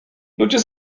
ludzie